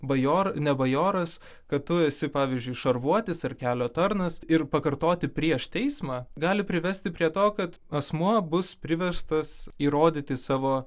bajor ne bajoras kad tu esi pavyzdžiui šarvuotis ar kelio tarnas ir pakartoti prieš teismą gali privesti prie to kad asmuo bus priverstas įrodyti savo